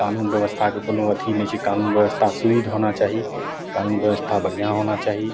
कानून बेबस्थाके कोनो अथी नहि छै कानून बेबस्था सुदृढ़ होना चाही कानून बेबस्था बढ़िआँ होना चाही